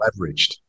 leveraged